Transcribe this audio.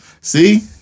see